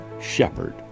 shepherd